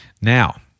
Now